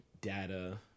data